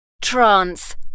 Trance